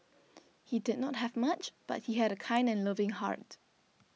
he did not have much but he had a kind and loving heart